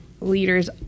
leaders